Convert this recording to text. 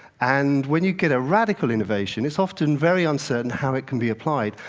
and when you get a radical innovation, it's often very uncertain how it can be applied.